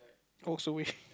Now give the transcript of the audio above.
also wish